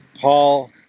Paul